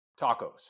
tacos